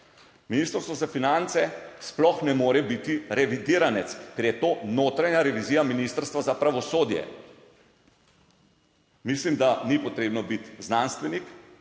Ministrstvo za finance sploh ne more biti revidiranec, ker je to notranja revizija Ministrstva za pravosodje. Mislim, da ni potrebno biti znanstvenik,